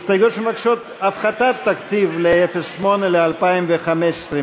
הסתייגויות שמבקשות הפחתת תקציב ל-08 ל-2015,